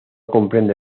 comprende